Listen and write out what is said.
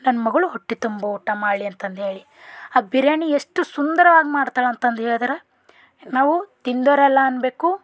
ನನ್ನ ಮಗಳು ಹೊಟ್ಟೆ ತುಂಬ ಊಟ ಮಾಡಲಿ ಅಂತಂದೇಳಿ ಆ ಬಿರ್ಯಾನಿ ಎಷ್ಟು ಸುಂದರವಾಗಿ ಮಾಡ್ತಾಳಂತಂದು ಹೇಳಿದ್ರೆ ನಾವು ತಿಂದವರೆಲ್ಲ ಅನ್ನಬೇಕು